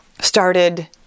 started